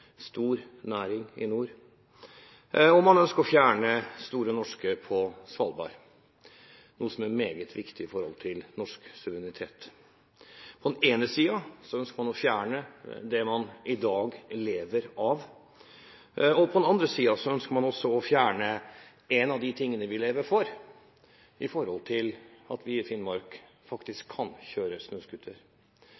man ønsker å fjerne Store Norske på Svalbard – selskapet er meget viktig med hensyn til norsk suverenitet. På den ene siden ønsker man å fjerne det man i dag lever av, og på den andre siden ønsker man også å fjerne en av de tingene vi lever for, det at vi i Finnmark faktisk